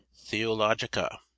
Theologica